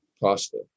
pasta